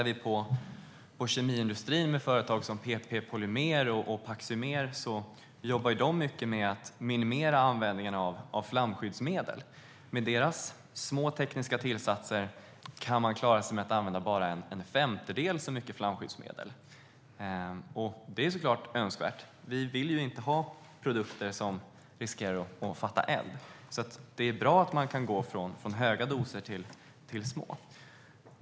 Om vi tittar på kemiindustrin och företag som PP Polymer och Paxymer kan vi se att de jobbar mycket med att minimera användningen av flamskyddsmedel. Med deras små tekniska tillsatser kan man klara sig med att använda bara en femtedel så mycket flamskyddsmedel. Det är såklart önskvärt. Vi vill inte ha produkter som riskerar att fatta eld. Det är bra att man kan gå från höga doser till låga.